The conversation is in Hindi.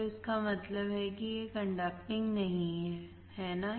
तो इसका मतलब है कि यह कंडक्टिंग नहीं है है ना